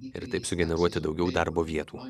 ir taip sugeneruoti daugiau darbo vietų